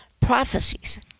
prophecies